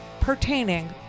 pertaining